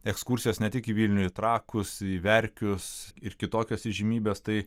ekskursijos ne tik į vilnių į trakus į verkius ir kitokias įžymybes tai